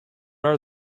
are